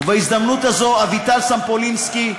ובהזדמנות הזו, אביטל סומפולינסקי,